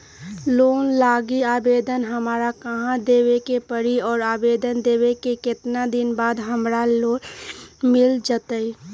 Loan लागी आवेदन हमरा कहां देवे के पड़ी और आवेदन देवे के केतना दिन बाद हमरा लोन मिल जतई?